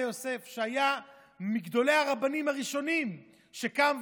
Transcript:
יוסף היה מגדולי הרבנים הראשונים שקמו,